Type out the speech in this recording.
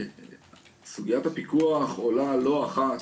סוגיית הפיקוח עולה לא אחת,